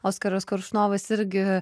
oskaras koršunovas irgi